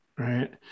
Right